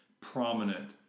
prominent